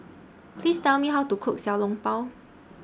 Please Tell Me How to Cook Xiao Long Bao